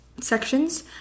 sections